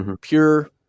pure